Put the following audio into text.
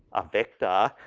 a vector.